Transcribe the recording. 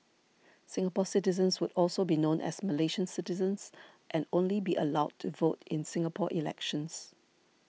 Singapore citizens would also be known as Malaysian citizens and only be allowed to vote in Singapore elections